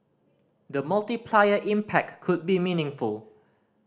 the multiplier impact could be meaningful